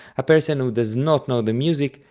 a person who does not know the music,